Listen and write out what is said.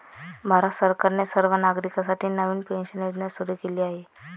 भारत सरकारने सर्व नागरिकांसाठी नवीन पेन्शन योजना सुरू केली आहे